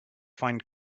find